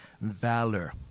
Valor